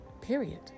Period